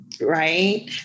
right